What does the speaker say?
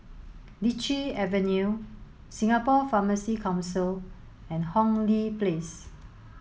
Lichi Avenue Singapore Pharmacy Council and Hong Lee Place